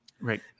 Right